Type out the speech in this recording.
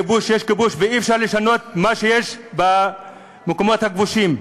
יש כיבוש, ואי-אפשר לשנות מה שיש במקומות הכבושים.